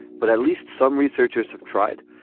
but at least some researchers have tried.